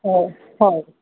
ହଉ ହଉ